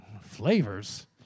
Flavors